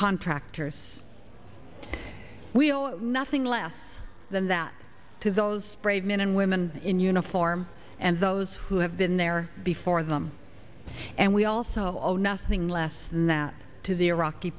contractors we'll nothing less than that to those brave men and women in uniform and those who have been there before them and we also owe nothing less than that to the iraqi